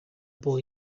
boy